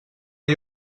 det